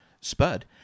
spud